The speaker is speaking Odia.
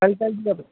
କାଲି ତା'ହେଲେ ଯିବା